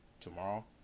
tomorrow